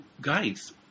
guys